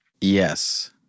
Yes